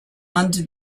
under